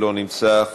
לא נמצא,